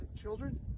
children